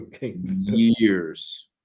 years